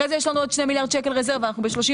אחר כך יש לנו עוד 2 מיליארד שקל רזרבה אנחנו ב-32,